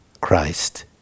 Christ